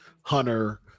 Hunter